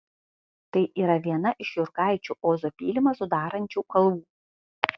tai yra viena iš jurgaičių ozo pylimą sudarančių kalvų